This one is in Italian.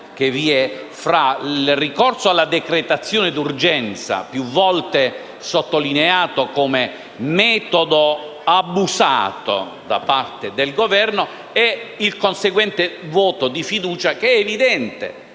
compressione tra il ricorso alla decretazione d'urgenza, più volte sottolineato come metodo abusato da parte del Governo, e il conseguente voto di fiducia, che evidentemente